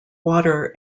water